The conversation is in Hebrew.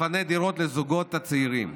תפנה דירות לזוגות הצעירים.